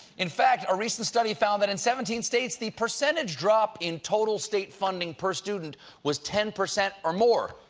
in fact, a recent study found that in seventeen states, the percentage drop in total state funding per student was ten percent or more.